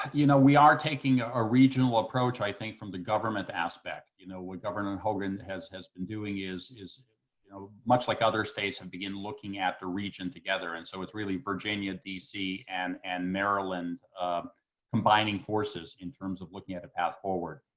you know, we are taking ah a regional approach, i think, from the government aspect. you know, what governor hogan has has been doing is, you know, much like other states have and begin looking at the region together. and so it's really virginia, dc, and and maryland um combining forces in terms of looking at a path forward.